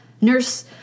Nurse